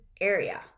area